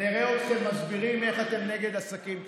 נראה אתכם מסבירים איך אתם נגד עסקים קטנים.